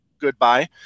goodbye